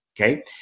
Okay